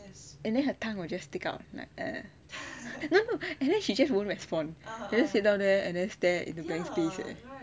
and then her tongue will just stick out like and then she just won't respond she just sit down there and then stare at the blank space